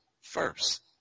first